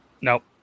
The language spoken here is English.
Nope